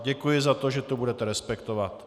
Děkuji za to, že to budete respektovat.